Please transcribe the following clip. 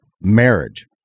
marriage